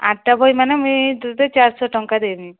ଆଠଟା ବହି ମାନେ ମୁଇଁ ତୋତେ ଚାରିଶହ ଟଙ୍କା ଦେମି